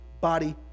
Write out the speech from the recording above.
body